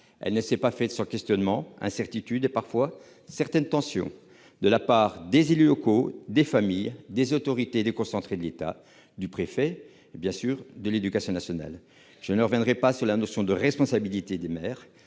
Elle ne s'est pas faite sans questionnements, sans incertitudes et, parfois, sans certaines tensions, avec les élus locaux, les familles et les autorités déconcentrées de l'État- préfet et éducation nationale. Je ne reviendrai pas sur la notion de responsabilité des maires.